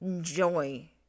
joy